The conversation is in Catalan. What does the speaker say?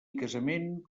casament